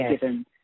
given